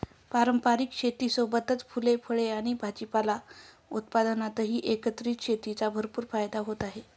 पारंपारिक शेतीसोबतच फुले, फळे आणि भाजीपाला उत्पादनातही एकत्रित शेतीचा भरपूर फायदा होत आहे